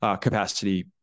capacity